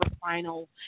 final